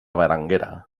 berenguera